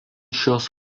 šios